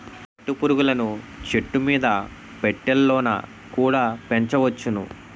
పట్టు పురుగులను చెట్టుమీద పెట్టెలలోన కుడా పెంచొచ్చును